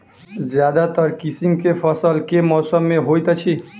ज्यादातर किसिम केँ फसल केँ मौसम मे होइत अछि?